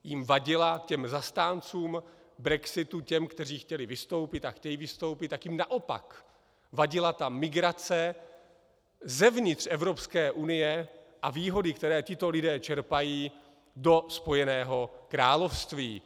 Jim vadila, těm zastáncům brexitu, těm kteří chtěli vystoupit a chtějí vystoupit, jim naopak vadila ta migrace zevnitř Evropské unie a výhody, které tito lidé čerpají do Spojeného království.